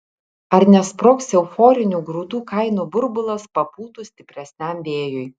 ar nesprogs euforinių grūdų kainų burbulas papūtus stipresniam vėjui